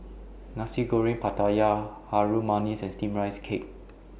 Nasi Goreng Pattaya Harum Manis and Steamed Rice Cake